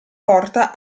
porta